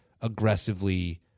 aggressively